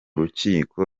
rukiko